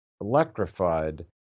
electrified